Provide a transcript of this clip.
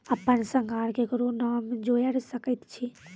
अपन संग आर ककरो नाम जोयर सकैत छी?